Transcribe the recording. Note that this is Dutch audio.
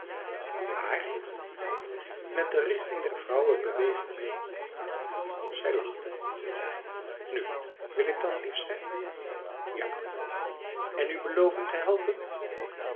waar met de richting der vrouwenbeweging meê zij lachte nu wil ik dan lief zijn ja en u beloven te helpen